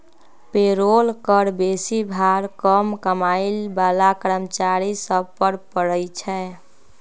payroll कर बेशी भार कम कमाइ बला कर्मचारि सभ पर पड़इ छै